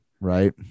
Right